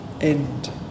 end